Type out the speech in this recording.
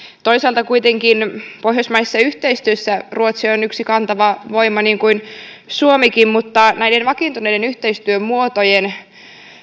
toisaalta kuitenkin pohjoismaisessa yhteistyössä ruotsi on yksi kantava voima niin kuin suomikin mutta näiden vakiintuneiden yhteistyömuotojen